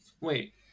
wait